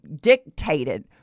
dictated